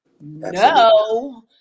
no